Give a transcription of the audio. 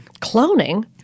Cloning